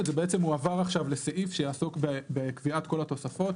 ובעצם הוא עבר עכשיו לסעיף שיעסוק בקביעת כל התוספות,